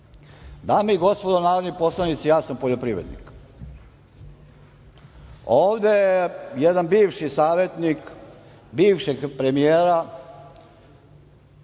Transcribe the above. i gospodo narodni poslanici, ja sam poljoprivrednik. Ovde je jedan bivši savetnik bivšeg premijera,